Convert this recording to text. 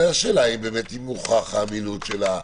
אלא השאלה היא האם באמת מוכחת האמינות שלה,